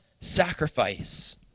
sacrifice